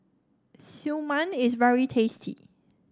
Siew Mai is very tasty